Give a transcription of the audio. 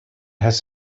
has